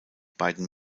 beiden